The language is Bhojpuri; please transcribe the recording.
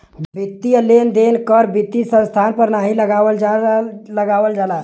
वित्तीय लेन देन कर वित्तीय संस्थान पर नाहीं लगावल जाला